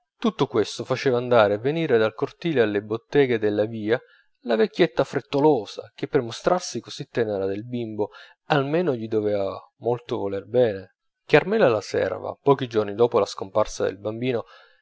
tutto questo faceva andare e venire dal cortile alle botteghe della via la vecchietta frettolosa che per mostrarsi così tenera del bimbo almeno gli doveva molto voler bene carmela la serva pochi giorni dopo la comparsa del bambino